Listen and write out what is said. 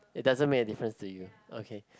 it doesn't make a different to you okay